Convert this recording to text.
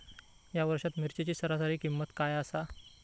या वर्षात मिरचीची सरासरी किंमत काय आसा?